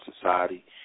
society